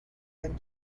and